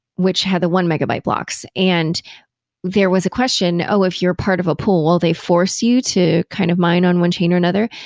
which had the one megabyte blocks? and there was a question, oh if you're part of a pool, will they force you to kind of mine on one chain or another?